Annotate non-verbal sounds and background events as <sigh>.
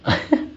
<laughs>